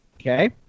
Okay